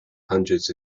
hundreds